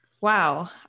wow